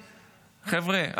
חבר'ה,